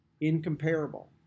incomparable